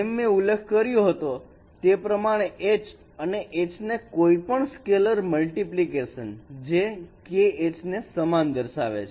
જેમ મેં ઉલ્લેખ કર્યો હતો તે પ્રમાણે H અને H ના કોઈપણ સ્કેલર મલ્ટીપ્લિકેશન જે kH ને સમાન દર્શાવે છે